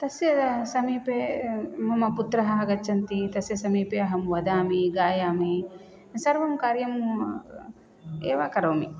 तस्य समीपे मम पुत्रः आगच्छति तस्य समीपे अहं वदामि गायामि सर्वं कार्यम् एव करोमि